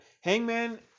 Hangman